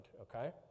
okay